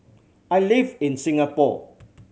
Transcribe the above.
I live in Singapore